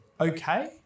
okay